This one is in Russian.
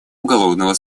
уголовного